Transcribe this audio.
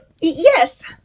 Yes